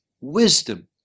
wisdom